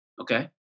okay